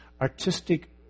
artistic